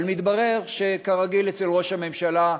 אבל מתברר שכרגיל אצל ראש הממשלה,